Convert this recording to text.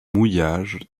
mouillage